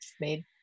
made